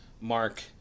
Mark